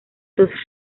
dos